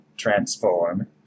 transform